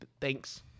thanks